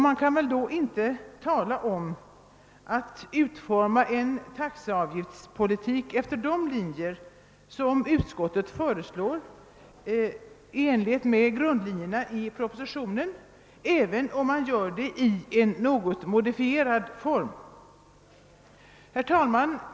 Det kan då inte bli tal om att utforma taxeavgiftspolitiken efter de linjer utskottet föreslår i enlighet med grundlinjerna i propositionen nr 112, även om man gör det i något modifierad form. Herr talman!